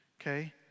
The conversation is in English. okay